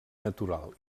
natural